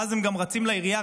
ואז הם רצים לעירייה,